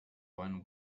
one